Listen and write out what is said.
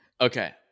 Okay